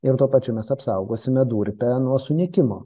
ir tuo pačiu mes apsaugosime durpę nuo sunykimo